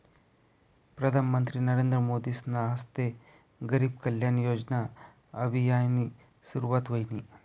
प्रधानमंत्री नरेंद्र मोदीसना हस्ते गरीब कल्याण योजना अभियाननी सुरुवात व्हयनी